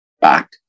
back